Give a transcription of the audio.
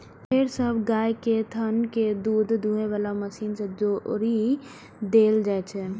फेर सब गाय केर थन कें दूध दुहै बला मशीन सं जोड़ि देल जाइ छै